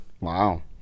Wow